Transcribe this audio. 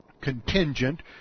contingent